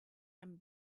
and